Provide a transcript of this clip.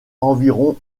environ